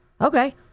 Okay